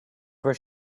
where